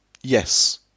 Yes